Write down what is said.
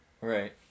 Right